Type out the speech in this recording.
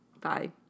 Bye